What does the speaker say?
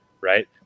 right